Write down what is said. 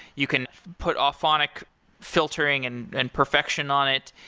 you can put aphonic filtering and and perfection on it.